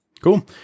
Cool